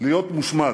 להיות מושמד.